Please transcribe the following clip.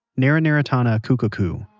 naranaratana kookokoo,